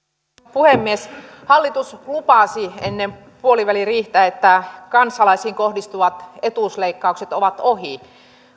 puhemies hallitus lupasi ennen puoliväliriihtä että kansalaisiin kohdistuvat etuusleikkaukset ovat ohi